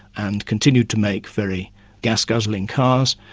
and continue to make very gas-guzzling cars,